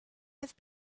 have